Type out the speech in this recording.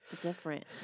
Different